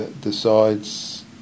decides